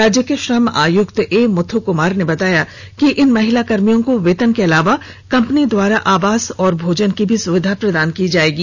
राज्य के श्रम आयुक्त ए मुथू कुमार ने बताया कि इन महिला कर्मियों को वेतन के अलावा कंपनी द्वारा आवास और भोजन की भी सुविधा प्रदान की जाएगी